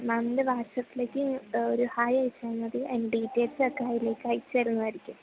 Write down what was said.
മാം എൻ്റെ വാട്സാപ്പിലേക്ക് ഒരു ഹായ് അയച്ചാല്മതി അതിൻ്റെ ഡീറ്റെയിൽസൊക്കെ അതിലേക്ക് അയച്ചുതരുന്നതായിരിക്കും